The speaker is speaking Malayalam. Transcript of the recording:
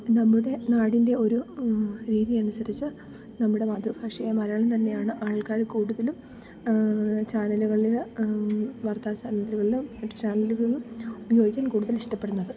നമ്മുടെ നാടിൻ്റെ ഒരു രീതി അനുസരിച്ചു നമ്മുടെ മാതൃഭാഷയായ മലയാളം തന്നെയാണ് ആൾക്കാർ കൂടുതലും ചാനലുകളിൽ വാർത്താ ചാനലുകളിലും മറ്റു ചാനലുകളിലും ഉപയോഗിക്കാൻ കൂടുതൽ ഇഷ്ടപ്പെടുന്നത്